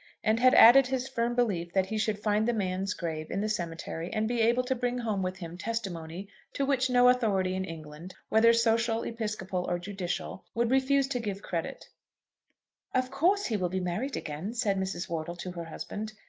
and had added his firm belief that he should find the man's grave in the cemetery, and be able to bring home with him testimony to which no authority in england, whether social, episcopal, or judicial, would refuse to give credit of course he will be married again, said mrs. wortle to her husband.